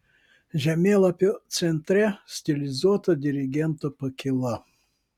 žemėlapio centre stilizuota dirigento pakyla